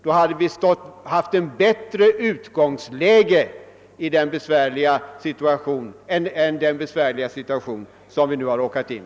Då hade utgångsläget varit bättre än den besvärliga situation vi nu råkat i.